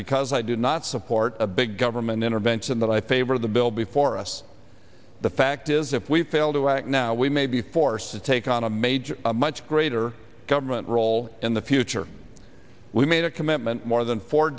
because i do not support a big government intervention but i favor the bill before us the fact is if we fail to act now we may be forced to take on a major a much greater government role in the future we made a commitment more than fo